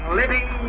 living